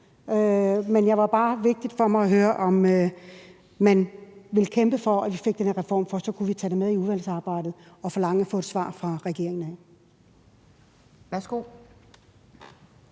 Men det var bare vigtigt for mig at høre, om man ville kæmpe for, at vi fik den her reform, for så kunne vi tage det med i udvalgsarbejdet og forlange at få et svar fra regeringen. Kl.